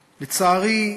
לצערי,